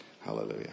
Hallelujah